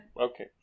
Okay